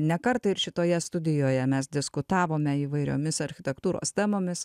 ne kartą ir šitoje studijoje mes diskutavome įvairiomis architektūros temomis